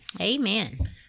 Amen